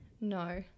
No